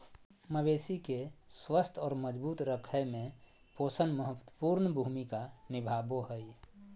मवेशी के स्वस्थ और मजबूत रखय में पोषण महत्वपूर्ण भूमिका निभाबो हइ